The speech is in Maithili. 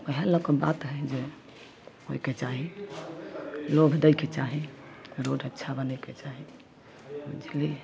वएहए लऽ कऽ बात हय जे होयके चाही लोभ दै के चाही रोड अच्छा बनै के चाही बुझलियै